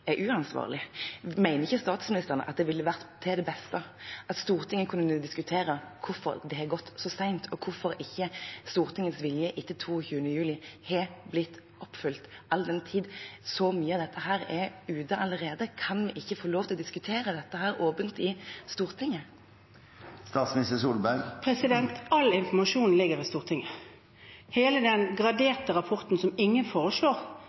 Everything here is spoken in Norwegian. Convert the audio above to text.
er uansvarlig? Mener ikke statsministeren at det ville vært til det beste at Stortinget kunne diskutere hvorfor det har gått så sent, og hvorfor ikke Stortingets vilje etter 22. juli har blitt oppfylt? All den tid så mye av dette er ute allerede, kan vi ikke få lov til å diskutere dette åpent i Stortinget? All informasjonen ligger i Stortinget. Hele den graderte rapporten, som ingen foreslår